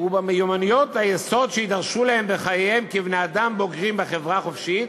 ובמיומנויות היסוד שיידרשו להם בחייהם כבני-אדם בוגרים בחברה חופשית,